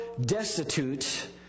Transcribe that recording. destitute